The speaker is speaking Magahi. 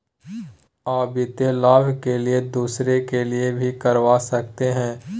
आ वित्तीय लाभ के लिए दूसरे के लिए भी करवा सकते हैं?